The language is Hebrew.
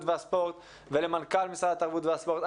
והספורט ולמנכ"ל משרד התרבות והספורט.